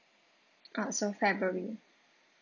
ah so february